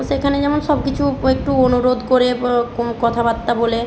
সেখানে যেমন সব কিছু একটু অনুরোধ করে কোম কথাবার্তা বলে